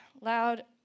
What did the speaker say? loud